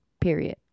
Period